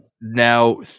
now